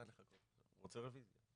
לכן אמרתי שאם יחודד נושא ההנחות,